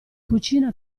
cucina